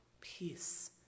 peace